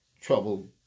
trouble